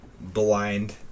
blind